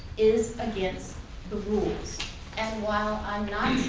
is against the rules and while i'm not